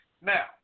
Now